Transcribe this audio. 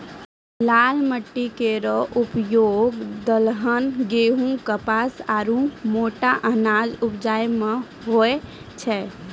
लाल माटी केरो उपयोग दलहन, गेंहू, कपास आरु मोटा अनाज उपजाय म होय छै